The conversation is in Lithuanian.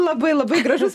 labai labai gražus